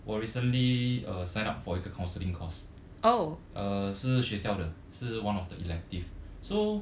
我 recently uh sign up for a counselling course err 是学校的是 one of the elective so